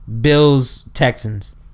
Bills-Texans